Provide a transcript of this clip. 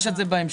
יש את זה בהמשך.